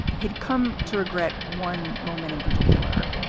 he'd come to regret one moment in particular,